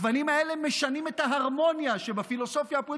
הגוונים האלה משנים את ההרמוניה שבפילוסופיה פה,